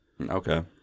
Okay